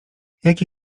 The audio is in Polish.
jaki